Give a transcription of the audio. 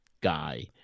guy